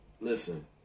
Listen